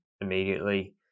immediately